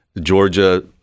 Georgia